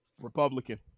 Republican